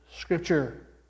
Scripture